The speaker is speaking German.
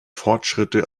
fortschritte